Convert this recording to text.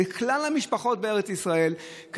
בכלל המשפחות בארץ ישראל.